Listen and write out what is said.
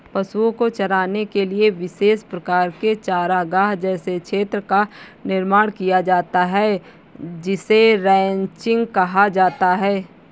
पशुओं को चराने के लिए विशेष प्रकार के चारागाह जैसे क्षेत्र का निर्माण किया जाता है जिसे रैंचिंग कहा जाता है